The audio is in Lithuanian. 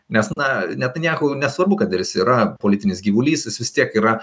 nes na netanyahu nesvarbu kad jis yra politinis gyvulys vis tiek yra